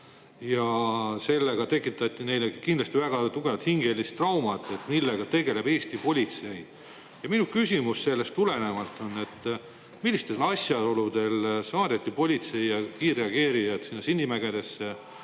ja sellega tekitati neile kindlasti väga tugev hingeline trauma [ja küsimus], et millega tegeleb Eesti politsei. Ja minu küsimus sellest tulenevalt on, et millistel asjaoludel saadeti politsei ja kiirreageerijad sinna Sinimägedesse,